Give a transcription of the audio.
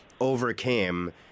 overcame